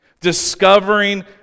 Discovering